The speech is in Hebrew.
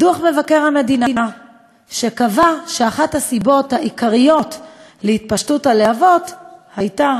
את דוח מבקר המדינה שקבע שאחת הסיבות העיקריות להתפשטות הלהבות הייתה,